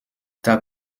t’as